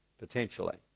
potentially